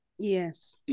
Yes